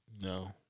No